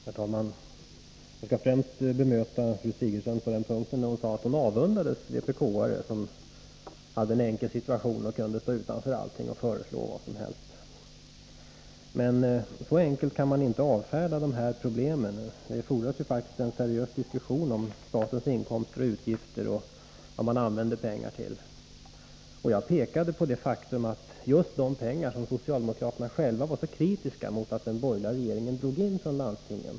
Herr talman! Jag skall främst bemöta fru Sigurdsen på den punkt där hon sade att hon avundades vpk:are som hade en enkel situation och kunde stå utanför allting och föreslå vad som helst. Men så enkelt kan man inte avfärda de här problemen — det fordras faktiskt en seriös diskussion om statens inkomster och utgifter och vad man använder pengarna till. Jag pekade på det faktum att socialdemokraterna själva var så kritiska mot att den borgerliga regeringen drog in just dessa pengar från landstingen.